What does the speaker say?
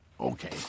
okay